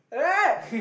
right